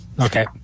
Okay